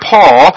Paul